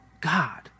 God